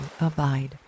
abide